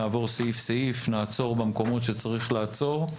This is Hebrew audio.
נעבור סעיף-סעיף ונעצור במקומות שצריך לעצור.